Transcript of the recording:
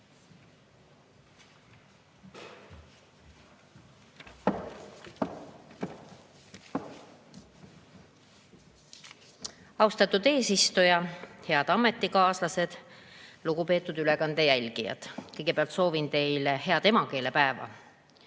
Austatud eesistuja! Head ametikaaslased! Lugupeetud ülekande jälgijad! Kõigepealt soovin teile head emakeelepäeva. Aga